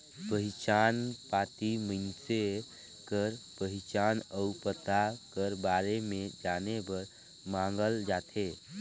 पहिचान पाती मइनसे कर पहिचान अउ पता कर बारे में जाने बर मांगल जाथे